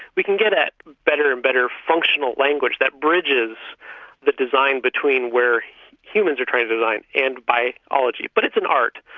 we can get at better and better functional language that bridges the design between where humans are trying to design and biology. but it's an art,